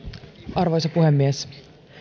arvoisa puhemies